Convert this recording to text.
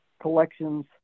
collections